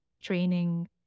training